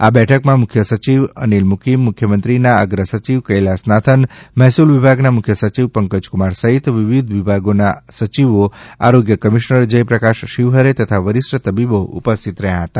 આ બેઠકમાં મુખ્ય સચિવ અનીલ મુકીમ મુખ્યમંત્રીના અગ્રસચિવ કૈલાસનાથન મહેસુલ વિભાગના મુખ્ય સચિવ પંકજકુમાર સહિત વિવિધ વિભાગોના સયિવો આરોગ્ય કમીશન જયપ્રકાશ શીવહરે તથા વરિષ્ઠ તબીબો ઉપસ્થિત રહ્યા હતા